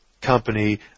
company